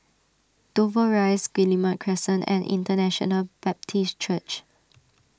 Dover Rise Guillemard Crescent and International Baptist Church